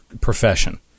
profession